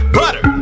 butter